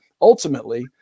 ultimately